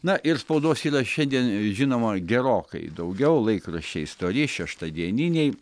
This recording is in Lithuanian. na ir spaudos yra šiandien žinoma gerokai daugiau laikraščiai stori šeštadieniniai